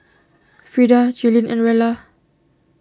Frida Jalynn and Rella